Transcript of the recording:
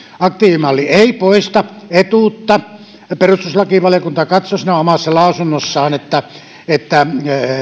aktiivimalli ei poista etuutta ja perustuslakivaliokunta katsoi siinä omassa lausunnossaan että että